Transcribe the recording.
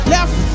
Left